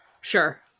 Sure